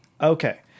okay